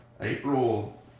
april